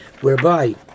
whereby